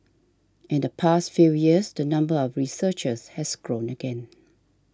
in the past few years the number of researchers has grown again